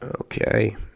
Okay